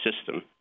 System